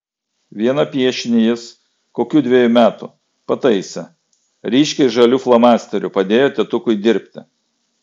vieną piešinį jis kokių dvejų metų pataisė ryškiai žaliu flomasteriu padėjo tėtukui dirbti